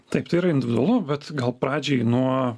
taip tai yra individualu bet gal pradžiai nuo